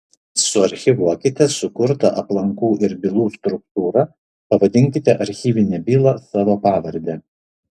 suarchyvuokite sukurtą aplankų ir bylų struktūrą pavadinkite archyvinę bylą savo pavarde